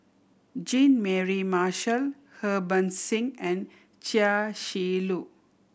Jean Mary Marshall Harbans Singh and Chia Shi Lu